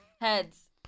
Heads